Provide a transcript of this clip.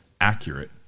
accurate